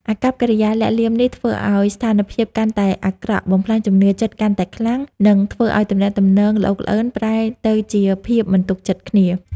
អាកប្បកិរិយាលាក់លៀមនេះធ្វើឲ្យស្ថានភាពកាន់តែអាក្រក់ បំផ្លាញជំនឿចិត្តកាន់តែខ្លាំង និងធ្វើឲ្យទំនាក់ទំនងល្អូកល្អឺនប្រែទៅជាភាពមិនទុកចិត្តគ្នា។